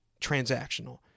transactional